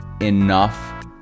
enough